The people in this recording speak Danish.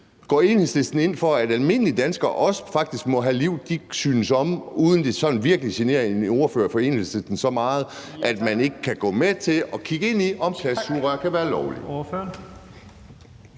Går Enhedslisten ind for, at almindelige danskere faktisk også må have liv, de synes om, uden at de sådan virkelig generer en ordfører fra Enhedslisten så meget, at man ikke gå med til at kigge ind i, om plastiksugerør kan være lovligt?